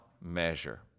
measure